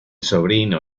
sobrino